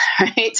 right